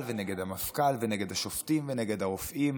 ונגד המפכ"ל ונגד השופטים ונגד הרופאים